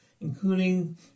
including